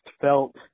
felt